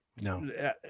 No